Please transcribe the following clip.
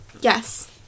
Yes